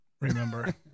remember